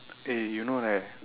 eh you know like that